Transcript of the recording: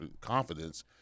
confidence